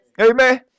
Amen